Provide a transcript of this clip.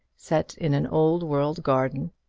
set in an old-world garden,